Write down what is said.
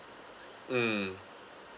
mm